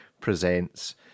presents